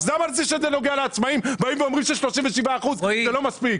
אז למה כשזה נוגע לעצמאים אומרים ש-37% זה לא מספיק?